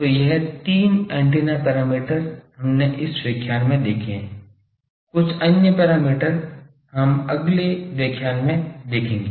तो यह तीन एंटीना पैरामीटर हमने इस व्याख्यान में देखे हैं कुछ अन्य एंटीना पैरामीटर हम अगले व्याख्यान में देखेंगे